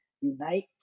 unite